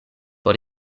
por